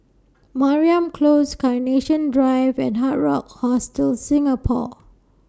Mariam Close Carnation Drive and Hard Rock Hostel Singapore